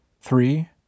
Three